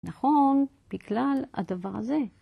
נכון, בגלל הדבר הזה.